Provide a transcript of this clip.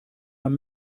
man